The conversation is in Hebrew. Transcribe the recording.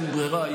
אין ברירה.